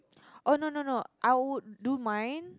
oh no no no I would do my